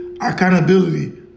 accountability